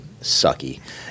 sucky